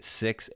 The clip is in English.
six